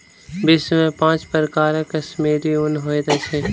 विश्व में पांच प्रकारक कश्मीरी ऊन होइत अछि